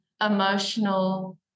emotional